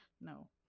No